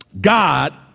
God